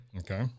Okay